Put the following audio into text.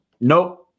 nope